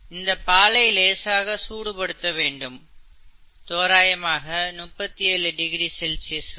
இந்தப் பாலை லேசாக சூடு படுத்த வேண்டும் தோராயமாக 37 டிகிரி செல்சியஸ் வரை